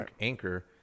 Anchor